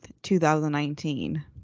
2019